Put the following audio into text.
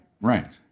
Right